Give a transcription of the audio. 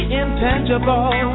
intangible